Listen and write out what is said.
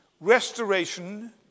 restoration